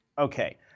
Okay